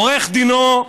עורך דינו,